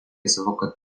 savo